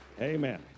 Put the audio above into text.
Amen